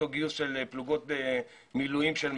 אותו גיוס של פלוגות מילואים של מג"ב,